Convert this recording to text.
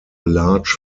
large